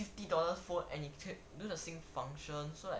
fifty dollars phone and can do the same function so like